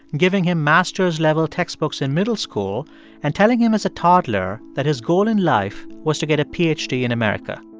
giving him master's-level textbooks in middle school and telling him as a toddler that his goal in life was to get a ph d. in america.